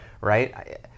right